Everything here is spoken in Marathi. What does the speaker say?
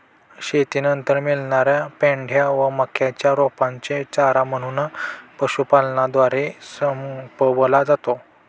शेतीनंतर मिळणार्या पेंढ्या व मक्याच्या रोपांचे चारा म्हणून पशुपालनद्वारे संपवला जातो